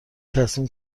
تصمیم